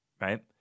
right